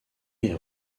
est